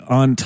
on